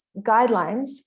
guidelines